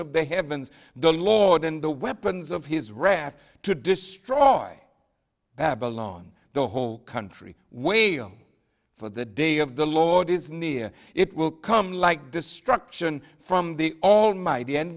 of the heavens the lord in the weapons of his wrath to destroy babylon the whole country wait for the day of the lord is near it will come like destruction from the all my